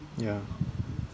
ya